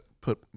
put